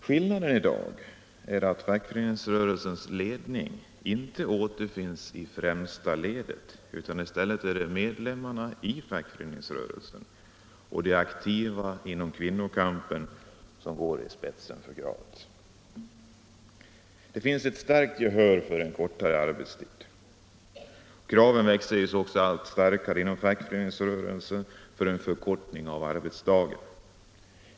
Skillnaden i dag är att fackföreningsrörelsens ledning inte återfinns i främsta ledet utan att det i stället är medlemmarna i fackföreningsrörelsen och de aktiva inom kvinnokampen som går i spetsen för kravet. Det finns ett starkt gehör för tanken på en kortare arbetstid. Kraven växer sig också allt starkare inom fackföreningsrörelsen för en förkortning av arbetsdagen.